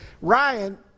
Ryan